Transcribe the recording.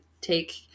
take